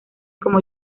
como